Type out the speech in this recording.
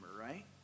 right